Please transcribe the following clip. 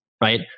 right